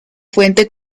fuente